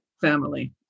family